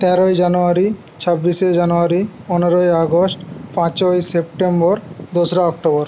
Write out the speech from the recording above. তেরোই জানুয়ারি ছাব্বিশে জানুয়ারি পনেরোই আগস্ট পাঁচই সেপ্টেম্বর দোসরা অক্টোবর